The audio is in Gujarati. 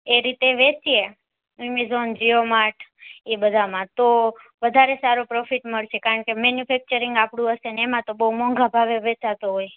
એ રીતે વેચીએ એમેજોન જીઓમાર્ટ એ બધામાં તો વધારે સારો પ્રોફિટ મળશે કારણકે મેન્યુફેક્ચરિંગ આપડું હશેને એમા તો બોઉ મોંઘા ભાવે વેચાતો હોય